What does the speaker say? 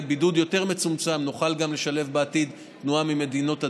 בידוד יותר מצומצם נוכל גם לשלב בעתיד תנועה ממדינות אדומות.